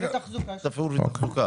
תפעול ותחזוקה